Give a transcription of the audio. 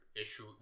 issue